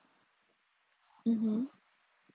mmhmm